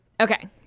Okay